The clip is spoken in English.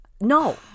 No